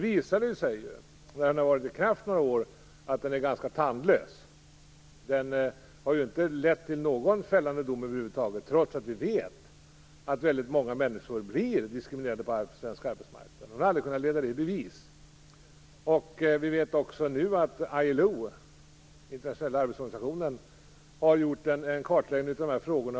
Efter det att lagen nu har varit i kraft några år har den visat sig vara ganska tandlös. Den har inte lett till någon fällande dom över huvud taget, trots att vi vet att väldigt många människor blir diskriminerade på den svenska arbetsmarknaden. Men det har aldrig kunnat ledas i bevis. Vi vet också att ILO, Internationella arbetsorganisationen, har kartlagt dessa frågor.